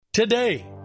Today